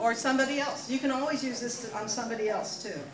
or somebody else you can always use this on somebody else to